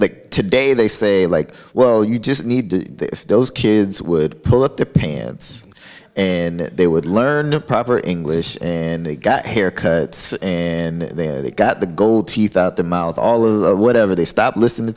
tomorrow today they say like well you just need those kids would pull up the pants and they would learn proper english and they got haircuts and then they got the gold teeth out the mouth all or whatever they stop listening